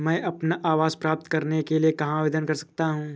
मैं अपना आवास प्राप्त करने के लिए कहाँ आवेदन कर सकता हूँ?